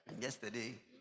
Yesterday